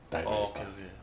orh okay okay